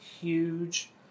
huge